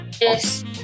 Yes